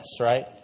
right